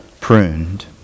pruned